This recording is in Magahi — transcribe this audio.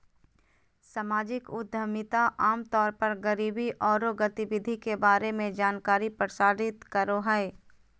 सामाजिक उद्यमिता आम तौर पर गरीबी औरो गतिविधि के बारे में जानकारी प्रसारित करो हइ